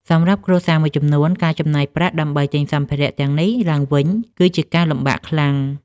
សម្រាប់គ្រួសារមួយចំនួន ការចំណាយប្រាក់ដើម្បីទិញសម្ភារៈទាំងនេះឡើងវិញ គឺជាការលំបាកខ្លាំង។